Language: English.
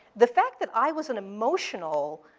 the fact that i was an emotional,